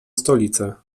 stolicę